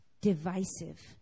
divisive